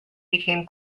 became